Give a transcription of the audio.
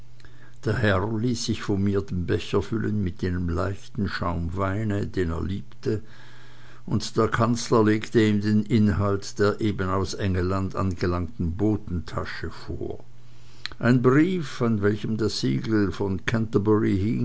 der herr ließ sich von mir den becher füllen mit jenem leichten schaumweine den er liebte und der kanzler legte ihm den inhalt der eben aus engelland angelangten botentasche vor einen brief an welchem das siegel von